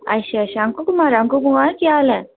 अच्छा अच्छा अंकु कुमार अंकु कुमार केह् हाल ऐ